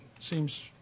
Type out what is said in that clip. Seems